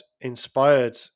inspired